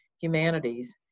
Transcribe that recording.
Humanities